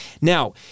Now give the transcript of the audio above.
Now